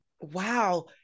Wow